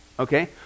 Okay